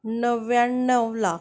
णव्याणव लाख